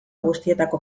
guztietako